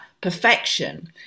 perfection